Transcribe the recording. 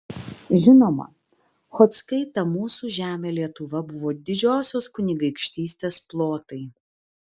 žinoma chodzkai ta mūsų žemė lietuva buvo didžiosios kunigaikštystės plotai